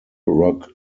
rock